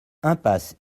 impasse